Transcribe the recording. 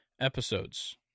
episodes